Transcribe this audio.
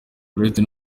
uretse